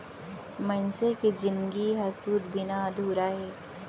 मनसे के जिनगी ह सूत बिना अधूरा हे